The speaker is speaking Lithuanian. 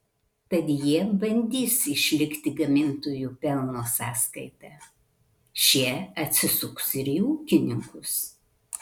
tad jie bandys išlikti gamintojų pelno sąskaita šie atsisuks ir į ūkininkus